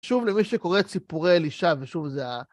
שוב למי שקורא את סיפורי אלישה, ושוב זה ה...